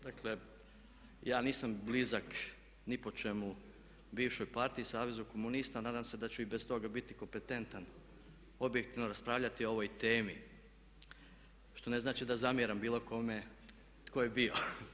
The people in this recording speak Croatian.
Dakle, ja nisam blizak ni po čemu bivšoj partiji, savezu komunista, nadam se da ću i bez toga biti kompetentan objektivno raspravljati o ovoj temi, što ne znači da zamjeram bilo kome tko je bio.